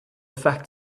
fact